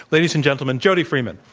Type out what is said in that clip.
ladies and gentlemen, jody freeman.